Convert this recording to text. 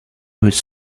was